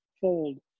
fold